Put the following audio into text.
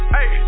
Hey